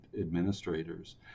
administrators